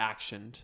actioned